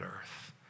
Earth